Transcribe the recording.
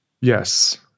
Yes